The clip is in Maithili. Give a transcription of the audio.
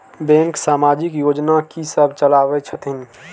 बैंक समाजिक योजना की सब चलावै छथिन?